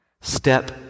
step